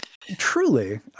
truly